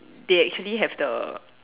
they actually have the